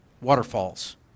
waterfalls